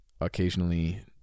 Occasionally